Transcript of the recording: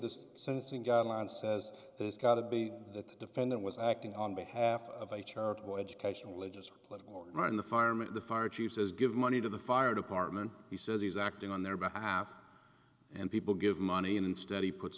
this sensing guideline says there's got to be that the defendant was acting on behalf of a charitable educational religious or political or run the farm and the fire chief says give money to the fire department he says he's acting on their behalf and people give money instead he puts